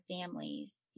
families